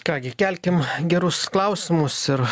ką gi kelkim gerus klausimus ir